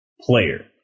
player